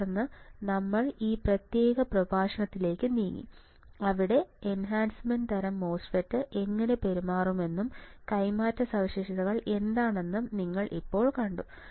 തുടർന്ന് നമ്മൾ ഈ പ്രത്യേക പ്രഭാഷണത്തിലേക്ക് നീങ്ങി അവിടെ എൻഹാൻസ്മെൻറ് തരം മോസ്ഫെറ്റ് എങ്ങനെ പെരുമാറുമെന്നും കൈമാറ്റ സവിശേഷതകൾ എന്താണെന്നും നിങ്ങൾ ഇപ്പോൾ കണ്ടു